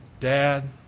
Dad